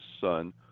son